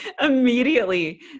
immediately